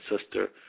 sister